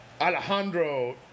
Alejandro